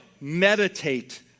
meditate